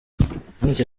yanditse